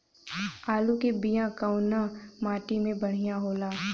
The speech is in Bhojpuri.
आलू के बिया कवना माटी मे बढ़ियां होला?